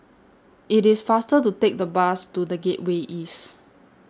IT IS faster to Take The Bus to The Gateway East